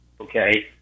Okay